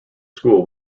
school